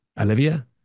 Olivia